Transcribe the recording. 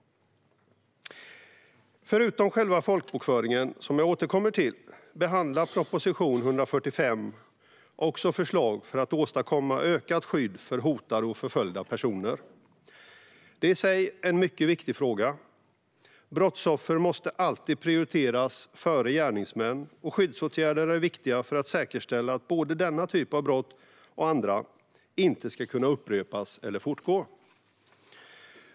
Förutom själva folkbokföringen, som jag återkommer till, behandlar proposition 2017/18:145 också förslag för att åstadkomma ökat skydd för hotade och förföljda personer. Detta är i sig en mycket viktig fråga. Brottsoffer måste alltid prioriteras före gärningsmän, och skyddsåtgärder är viktiga för att säkerställa att både denna typ av brott och andra inte ska kunna upprepas eller fortgå.